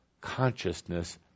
consciousness